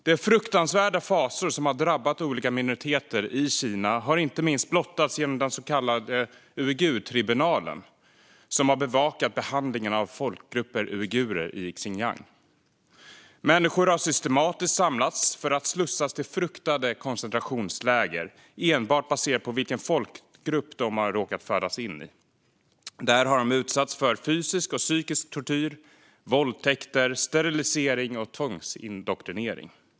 De fruktansvärda fasor som har drabbat olika minoriteter i Kina har inte minst blottats genom den så kallade uigurtribunalen som har bevakat behandlingen av folkgruppen uigurer i Xinjiang. Människor har systematiskt samlats för att slussas till fruktade koncentrationsläger, enbart baserat på vilken folkgrupp de har råkat födas in i. Där har de utsatts för fysisk och psykisk tortyr, våldtäkter, sterilisering och tvångsindoktrinering.